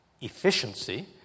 efficiency